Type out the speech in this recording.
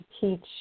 teach